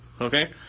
okay